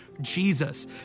Jesus